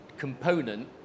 component